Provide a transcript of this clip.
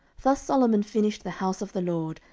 thus solomon finished the house of the lord,